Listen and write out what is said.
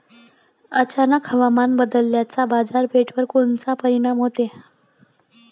अचानक हवामान बदलाचा बाजारपेठेवर कोनचा परिणाम होतो?